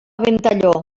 ventalló